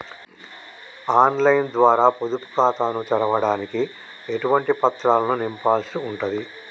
On line ద్వారా పొదుపు ఖాతాను తెరవడానికి ఎటువంటి పత్రాలను నింపాల్సి ఉంటది?